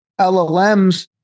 LLMs